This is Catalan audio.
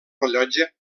rellotge